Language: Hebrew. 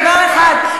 אני אגיד לכם דבר אחד,